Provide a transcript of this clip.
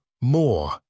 more